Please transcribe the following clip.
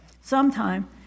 sometime